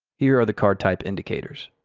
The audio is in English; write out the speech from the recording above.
here are the card-type indicators.